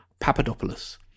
Papadopoulos